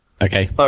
okay